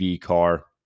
car